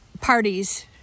parties